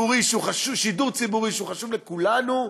שידור ציבורי שהוא חשוב לכולנו.